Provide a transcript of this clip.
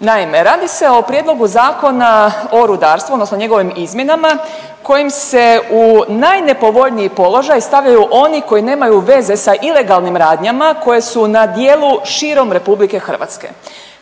Naime, radi se o Prijedlogu Zakona o rudarstvu odnosno njegovim izmjenama kojim se u najnepovoljniji položaj stavljaju oni koji nemaju veze sa ilegalnim radnjama koje su na dijelu širom RH.